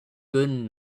good